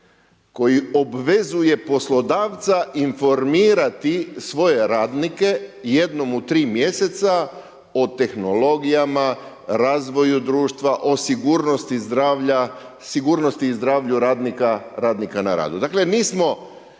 koji obvezuje poslodavca informirati svoje radnike, jednom u 3 mj. o tehnologijama, razvoju društva, o sigurnosti zdravlja, sigurnosti